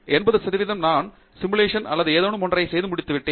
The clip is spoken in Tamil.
80 சதவிகிதம் நான் ஒரு சிமுலேஷன் அல்லது ஏதோ ஒன்றை செய்து முடித்துவிட்டேன்